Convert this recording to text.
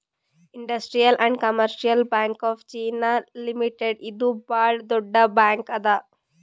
industrial and commercial bank of China limited ಇದು ಭಾಳ್ ದೊಡ್ಡ ಬ್ಯಾಂಕ್ ಅದಾ